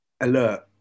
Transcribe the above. alert